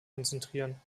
konzentrieren